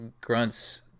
grunts